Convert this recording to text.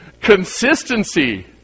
Consistency